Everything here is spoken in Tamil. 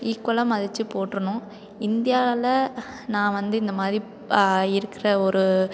ஈக்குவலாக மதிச்சு போற்றணும் இந்தியாவில் நான் வந்து இந்த மாதிரி இருக்கிற ஒரு